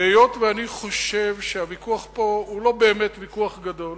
היות שאני חושב שהוויכוח פה הוא לא באמת ויכוח גדול